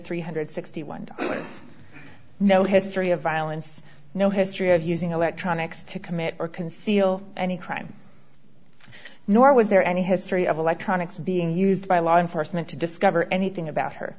three hundred and sixty one dollars no history of violence no history of using electronics to commit or conceal any crime nor was there any history of electronics being used by law enforcement to discover anything about her